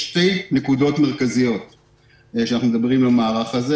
יש שתי נקודות מרכזיות במערך הזה.